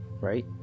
right